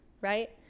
right